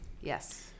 yes